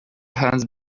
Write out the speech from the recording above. has